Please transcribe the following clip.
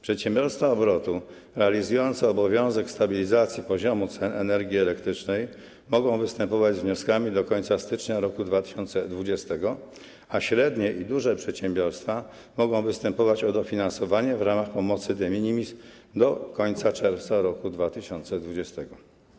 Przedsiębiorstwa obrotu realizujące obowiązek stabilizacji poziomu cen energii elektrycznej mogą występować z wnioskami do końca stycznia roku 2020, a średnie i duże przedsiębiorstwa mogą występować o dofinansowanie w ramach pomocy de minimis do końca czerwca roku 2020.